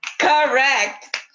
correct